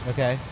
Okay